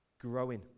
growing